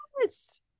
Yes